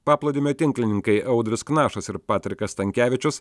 paplūdimio tinklininkai audrius knaštas ir patrikas stankevičius